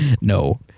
No